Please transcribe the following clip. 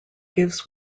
gives